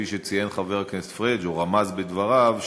כפי שציין חבר הכנסת פריג' או רמז בדבריו,